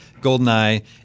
GoldenEye